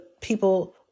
people